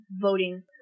voting